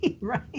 Right